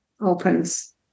opens